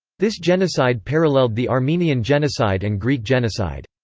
this genocide paralleled the armenian genocide and greek genocide.